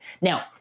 Now